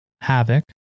havoc